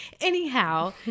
anyhow